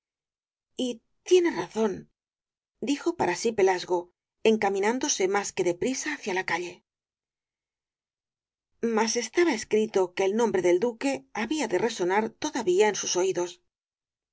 tiene razón dijo para sí pelasgo encaminándose más que de prisa hacia la calle mas estaba escrito que el nombre del duque había de resonar todavía en sus oídos